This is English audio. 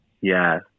Yes